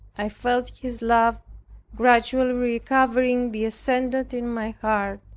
i felt his love gradually recovering the ascendant in my heart,